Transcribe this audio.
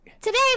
today